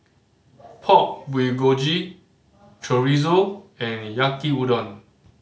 Pork Bulgogi Chorizo and Yaki Udon